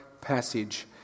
passage